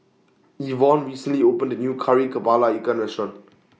Yvonne recently opened A New Kari Kepala Ikan Restaurant